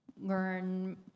learn